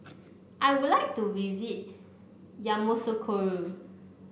I would like to visit Yamoussoukro